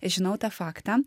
žinau tą faktą